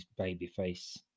babyface